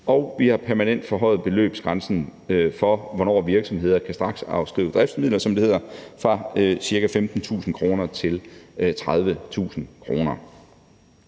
og vi har permanent forhøjet beløbsgrænsen for, hvornår virksomheder kan straksafskrive driftsmidler, som det hedder, fra ca. 15.000 kr. til 30.000 kr.